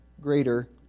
greater